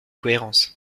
cohérence